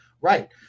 Right